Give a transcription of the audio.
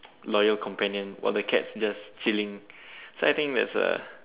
loyal companion while the cat's just chilling so I think that's a